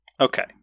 Okay